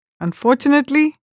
Unfortunately